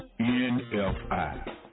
NFI